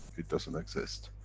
it doesn't exist.